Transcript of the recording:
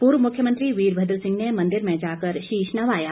पूर्व मुख्यमंत्री वीरभद्र सिंह ने मंदिर में जाकर शीश नवाया